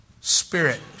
Spirit